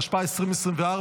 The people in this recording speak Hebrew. התשפ"ה 2024,